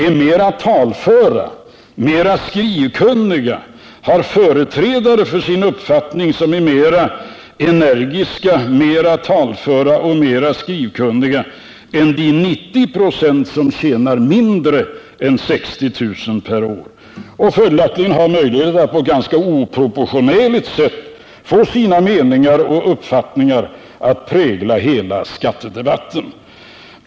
om året och de som förträder deras uppfattning är mera energiska, talföra och skrivkunniga än vad gäller de 90 96 som tjänar mindre än 60 000 kr. per år. Följaktligen har de förra också på ett ganska oproportionerligt sätt fått sina uppfattningar att prägla hela skattedebatten.